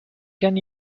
can